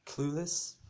clueless